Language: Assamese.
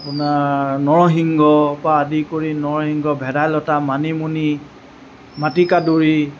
আপোনাৰ নৰসিংস পা আদি কৰি নৰসিংস ভেদাইলতা মানিমুনি মাটিকাঁদুৰি